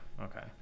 okay